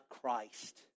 Christ